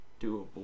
doable